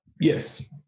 Yes